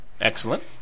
Excellent